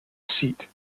seat